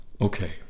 Okay